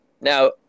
Now